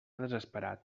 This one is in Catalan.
desesperat